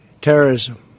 terrorism